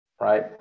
right